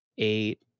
eight